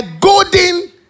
golden